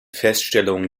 feststellung